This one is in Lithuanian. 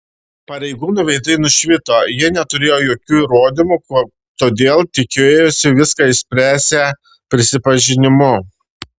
pareigūnų veidai nušvito jie neturėjo jokių įrodymų todėl tikėjosi viską išspręsią prisipažinimu